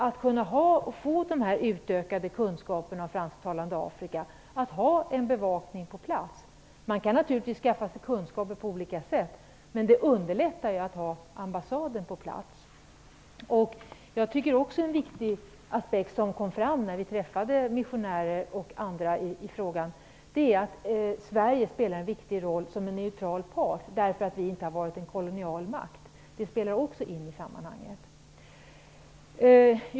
Det gäller att få utökade kunskaper om det fransktalande Afrika och att ha en bevakning på plats. Man kan naturligtvis skaffa sig kunskaper på olika sätt, men det underlättar att ha ambassader på plats. En viktig aspekt som kom fram när vi träffade missionärer och andra i ärendet är att Sverige spelar en viktig roll som neutral part, eftersom vårt land inte har varit en kolonial makt.